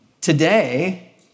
today